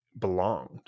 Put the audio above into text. belonged